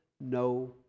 no